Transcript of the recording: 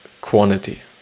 quantity